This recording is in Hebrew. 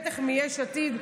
בטח מיש עתיד,